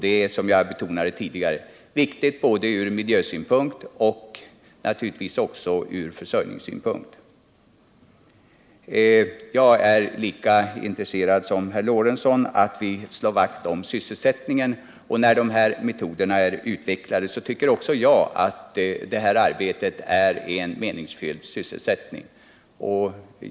Det är, som jag betonade tidigare, viktigt ur miljösynpunkt och naturligtvis också ur försörjningssynpunkt. Jag är lika intresserad som herr Lorentzon av att slå vakt om sysselsättningen. Också jag tycker att det här arbetet är meningsfullt när dessa metoder är utvecklade.